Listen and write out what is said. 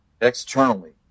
externally